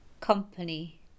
company